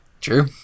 True